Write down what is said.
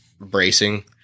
bracing